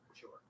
sure